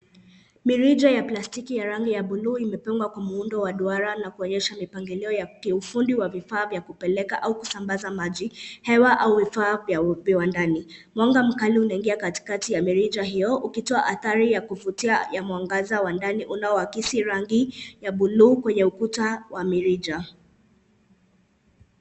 Mirija ya plastiki ya rangi ya buluu imepangwa kwa muundo wa duara na kuonyesha mipangilio ya kiufundi wa vifaa vya kupeleka au kusambaza maji, hewa au vifaa vya hupewa ndani. Mwanga mkali unaingia katikati ya mirija hiyo, ukitoa athari ya kuvutia ya mwangaza wa ndani unaoakisi rangi ya buluu kwenye ukuta wa mirija.